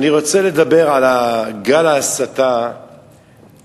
אני רוצה לדבר על גל ההסתה המתמשך.